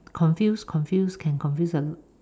confuse confuse can confuse a